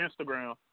instagram